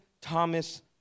Thomas